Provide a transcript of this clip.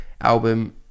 album